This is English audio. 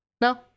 no